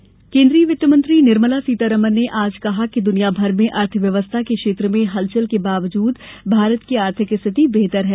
सीतारमन केन्द्रीय वित्त मंत्री निर्मला सीतारमण ने आज कहा कि दुनिया भर में अर्थव्यवस्था के क्षेत्र में हलचल के बावजूद भारत की आर्थिक स्थिति बेहतर है